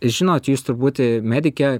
žinot jūs turbūt medikė